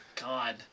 God